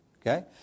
okay